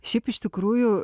šiaip iš tikrųjų